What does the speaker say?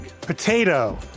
Potato